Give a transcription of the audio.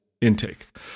intake